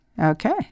Okay